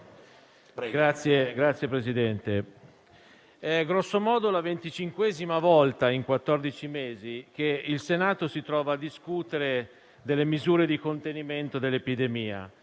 Signor Presidente, è grossomodo la venticinquesima volta in quattordici mesi che il Senato si trova a discutere delle misure di contenimento dell'epidemia,